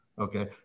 Okay